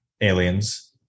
Aliens